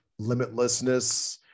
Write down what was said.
limitlessness